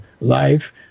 life